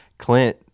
Clint